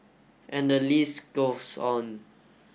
and the list goes on